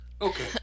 Okay